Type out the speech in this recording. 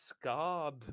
scarred